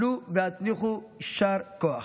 עלו והצליחו, יישר כוח.